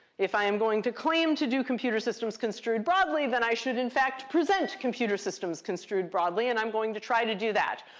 if i am going to claim to do computer systems construed broadly, then i should, in fact, present computer systems construed broadly, and i'm going to try to do that.